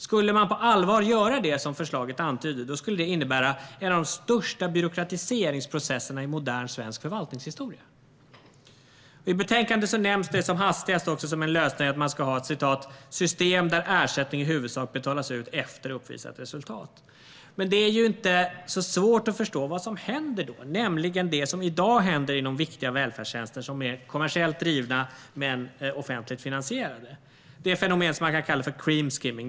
Skulle man på allvar göra det som förslaget antyder skulle det innebära en av de största byråkratiseringsprocesserna i modern svensk förvaltningshistoria. I betänkandet nämns också som hastigast som en lösning att man ska ha ett "system där ersättning i huvudsak betalas ut efter uppvisat resultat". Men det är inte så svårt att förstå vad som händer då. Inom viktiga välfärdstjänster som är kommersiellt drivna men offentligt finansierade finns i dag ett fenomen som man kan kalla för "cream skimming".